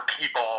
people